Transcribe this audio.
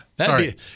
Sorry